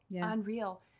unreal